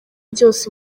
byose